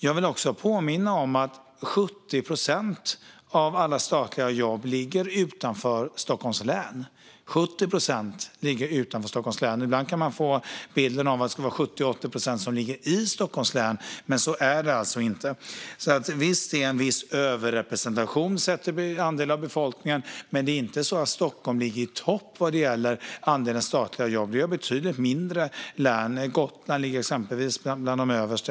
Jag vill också påminna om att 70 procent av alla statliga jobb finns utanför Stockholms län. Ibland kan man få bilden att 70-80 procent finns i Stockholms län, men så är det alltså inte. Visst är det en viss överrepresentation sett till andel av befolkningen. Men det är inte så att Stockholm ligger i topp vad gäller andelen statliga jobb. Vi har betydligt mindre län som ligger högre. Gotland ligger exempelvis bland de översta.